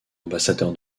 ambassadeur